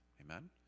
amen